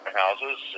houses